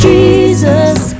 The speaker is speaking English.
Jesus